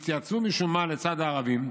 התייצבו משום מה לצד הערבים.